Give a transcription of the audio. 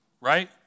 right